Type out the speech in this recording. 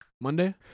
Monday